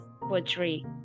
poetry